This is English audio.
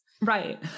right